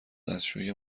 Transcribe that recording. دستشویی